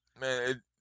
Man